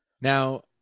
Now